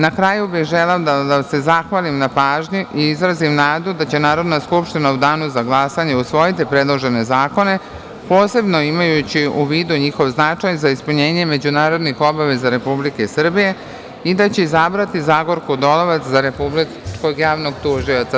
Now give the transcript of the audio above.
Na kraju bih želela da vam se zahvalim na pažnji i izrazim nadu da će Narodna skupština u danu za glasanje usvojiti predložene zakone, posebno imajući u vidu njihov značaj za ispunjenje međunarodnih obaveza Republike Srbije i da će izabrati Zagorku Dolovac za Republičkog javnog tužioca.